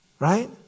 Right